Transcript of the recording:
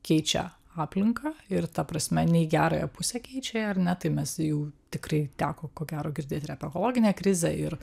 keičia aplinką ir ta prasme ne į gerąją pusę keičia ją ar ne tai mes jų tikrai teko ko gero girdėt ir apie ekologinę krizę ir